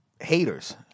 haters